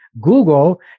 Google